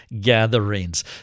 gatherings